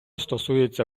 стосується